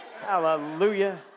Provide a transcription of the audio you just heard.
Hallelujah